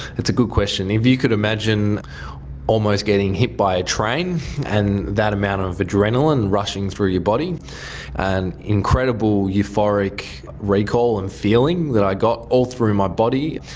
that's a good question. if you could imagine almost getting hit by a train and that amount of adrenaline rushing through your body and incredible euphoric recall and feeling that i got all through my body.